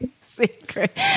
Secret